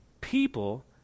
people